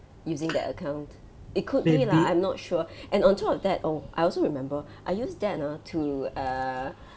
using that account it could be lah I'm not sure and on top of that oh I also remember I use that ah to err